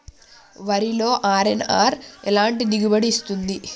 వరిలో అర్.ఎన్.ఆర్ ఎలాంటి దిగుబడి ఇస్తుంది?